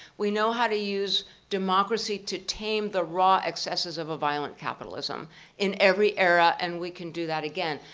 we know how to use democracy to tame tame the raw excesses of a violent capitalism in every era and we can do that again.